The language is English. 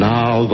Now